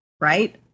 right